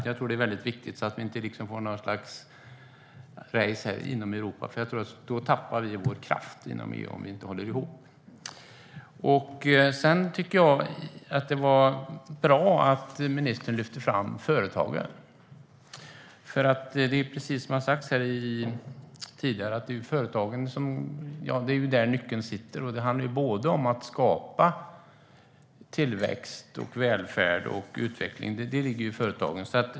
Jag tror att det är väldigt viktigt så att vi inte får något slags race inom Europa. Om vi inte håller ihop tappar vi vår kraft inom EU. Det var bra att ministern lyfte fram företagen. Precis som har sagts här tidigare är det hos företagen som nyckeln sitter. Det handlar om att skapa tillväxt, välfärd och utveckling. Det ligger i företagen.